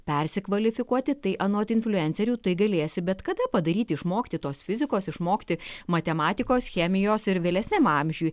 persikvalifikuoti tai anot influencerių tu galėsi bet kada padaryti išmokti tos fizikos išmokti matematikos chemijos ir vėlesniam amžiuj